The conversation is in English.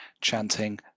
chanting